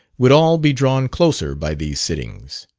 would all be drawn closer by these sittings.